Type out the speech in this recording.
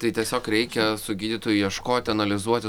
tai tiesiog reikia su gydytoju ieškoti analizuoti